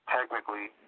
Technically